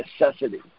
necessity